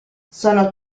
sono